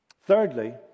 Thirdly